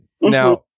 Now